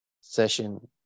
session